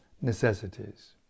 necessities